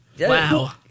Wow